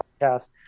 podcast